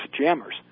jammers